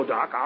Doc